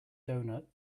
doughnut